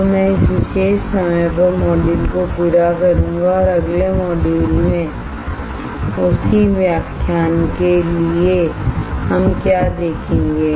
तो मैं इस विशेष समय पर मॉड्यूल को पूरा करूंगा और अगले मॉड्यूल में उसी व्याख्यान के लिए हम क्या देखेंगे